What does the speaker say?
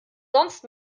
sonst